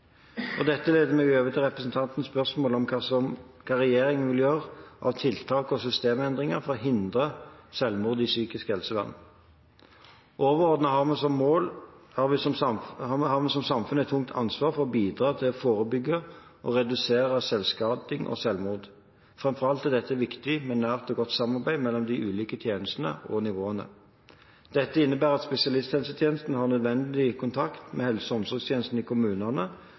oppfølgingen. Dette leder meg over til representanten Toppes spørsmål om hva regjeringen vil gjøre av tiltak og systemendringer for å hindre selvmord i psykisk helsevern. Overordnet har vi som samfunn et tungt ansvar for å bidra til å forebygge og redusere selvskading og selvmord. Framfor alt er det viktig med et nært og godt samarbeid mellom de ulike tjenestene og nivåene. Dette innebærer at spesialisthelsetjenesten har nødvendig kontakt med helse- og omsorgstjenesten i kommunene